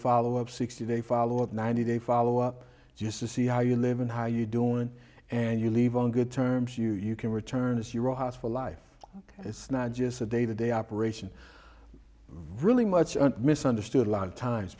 follow up sixty day follow up ninety day follow up just to see how you live and how you doing and you leave on good terms you you can return to your own house for life it's not just a day to day operation really much misunderstood a lot of times